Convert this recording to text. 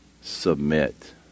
Submit